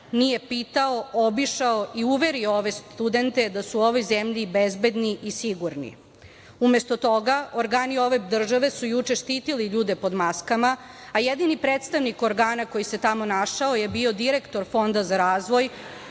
nije pitao, obišao i uverio ove studente da su u ovoj zemlji bezbedni i sigurni. Umesto toga organi ove države su juče štitili ljude pod maskama, a jedini predstavnik organa koji se tamo našao je bio direktor Fonda za razvoj